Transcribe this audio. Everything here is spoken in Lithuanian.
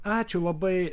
ačiū labai